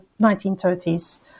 1930s